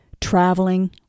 traveling